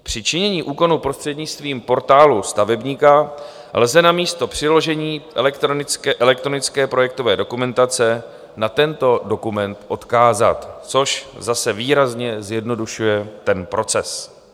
Při činění úkonů prostřednictvím Portálu stavebníka lze namísto přiložení elektronické projektové dokumentace na tento dokument odkázat, což zase výrazně zjednodušuje ten proces.